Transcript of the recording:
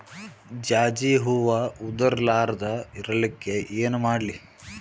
ಜಾಜಿ ಹೂವ ಉದರ್ ಲಾರದ ಇರಲಿಕ್ಕಿ ಏನ ಮಾಡ್ಲಿ?